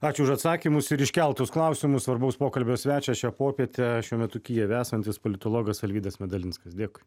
ačiū už atsakymus ir iškeltus klausimus svarbaus pokalbio svečio šią popietę šiuo metu kijeve esantis politologas alvydas medalinskas dėkui